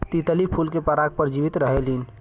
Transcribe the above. तितली फूल के पराग पर जीवित रहेलीन